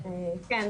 כן,